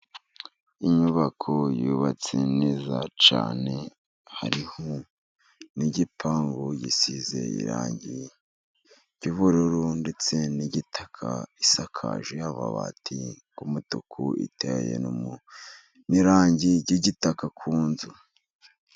Inyubako yubatse neza cyane, hariho n'igipangu gisize irangi ry'ubururu ndetse n'igitaka, isakaje amabati y'umutuku, iteye no mu n'irangi ry'igitaka ku nzu.